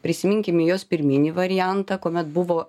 prisiminkim jos pirminį variantą kuomet buvo